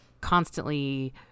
constantly